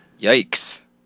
Yikes